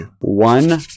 One